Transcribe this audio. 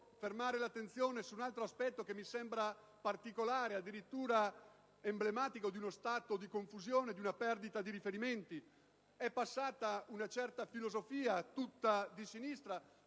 soffermare l'attenzione su un altro aspetto che mi sembra particolare e addirittura emblematico di uno stato di confusione e di una perdita di riferimenti. È passata una certa filosofia tutta di sinistra